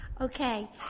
Okay